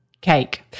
cake